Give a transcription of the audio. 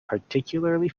particularly